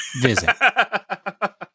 visit